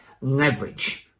leverage